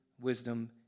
wisdom